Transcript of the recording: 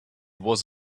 was